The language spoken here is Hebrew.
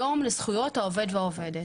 זהו יום לזכויות העובד והעובדת.